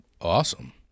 Awesome